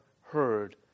heard